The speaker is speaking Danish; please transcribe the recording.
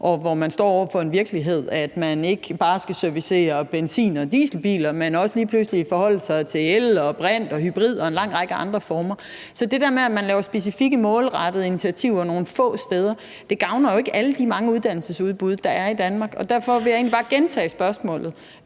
hvor man står over for en virkelighed med, at man ikke bare skal servicere benzin- og dieselbiler, men man også lige pludselig skal forholde sig til el, brint, hybrid og en lang række andre former. Så det der med, at man laver specifikke, målrettede initiativer nogle få steder, gavner jo ikke alle de mange uddannelsesudbud, der er i Danmark, og derfor vil jeg egentlig bare gentage spørgsmålet: